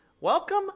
welcome